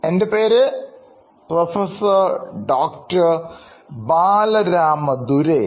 എൻറെ പേര് professor doctor Balarama Durai